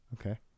Okay